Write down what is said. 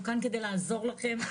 אנחנו כאן כדי לעזור לכם.